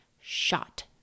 Shot